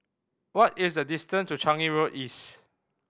what is the distance to Changi Road East